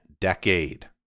decade